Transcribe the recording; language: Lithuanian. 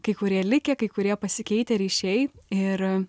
kai kurie likę kai kurie pasikeitę ryšiai ir